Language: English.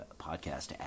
podcast